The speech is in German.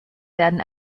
werden